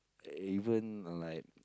even like